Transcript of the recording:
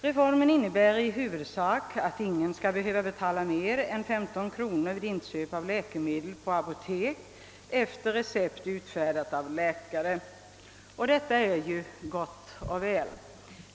Reformen innebär i huvudsak att ingen skall behöva betala mer än 15 kronor vid inköp av läkemedel på apotek efter recept utfärdat av läkare. Detta är ju gott och väl.